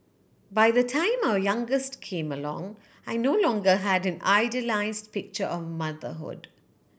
by the time our youngest came along I no longer had an idealise picture of motherhood